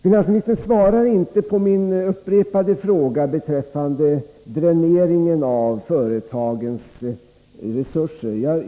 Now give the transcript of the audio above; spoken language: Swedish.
Finansministern svarade inte på min upprepade fråga beträffande dräneringen av företagens resurser.